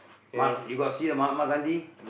ma~ you got see the Mahatma-Gandhi